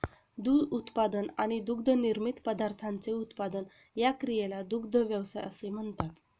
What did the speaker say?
दूध उत्पादन आणि दुग्धनिर्मित पदार्थांचे उत्पादन या क्रियेला दुग्ध व्यवसाय असे म्हणतात